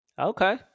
Okay